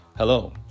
Hello